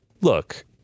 look